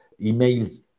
emails